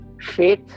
faith